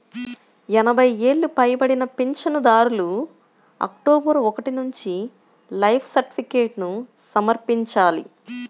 ఎనభై ఏళ్లు పైబడిన పింఛనుదారులు అక్టోబరు ఒకటి నుంచి లైఫ్ సర్టిఫికేట్ను సమర్పించాలి